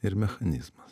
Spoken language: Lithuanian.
ir mechanizmas